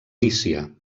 lícia